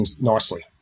nicely